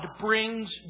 brings